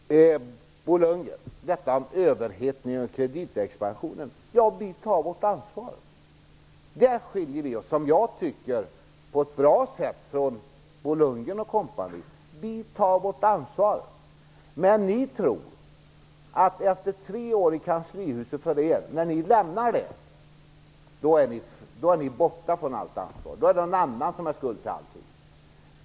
Herr talman! Vi tar vårt ansvar när det gäller överhettningen och kreditexpansionen. Jag tycker att vi därvidlag skiljer oss på ett bra sätt från Bo Lundgren & Co. Vi tar vårt ansvar, men ni tror att ni när ni lämnar kanslihuset efter tre år är fria från allt ansvar. Då är det någon annan som har skulden till allting.